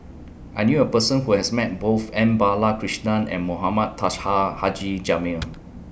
I knew A Person Who has Met Both M Balakrishnan and Mohamed Haji Jamil